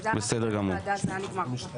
אם זה היה רק בוועדה זה היה נגמר פה.